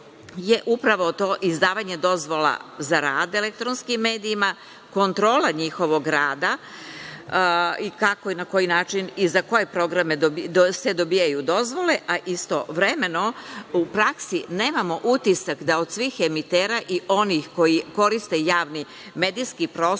je upravo to izdavanje dozvola za rad elektronskim medijima, kontrola njihovog rada, kako, na koji način i za koje programe se dobijaju dozvole, a istovremeno u praksi nemamo utisak da od svih emitera i onih koji koriste javni medijski prostor